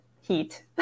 heat